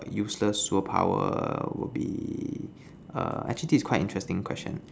useless superpower will be err actually this is quite interesting question